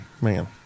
man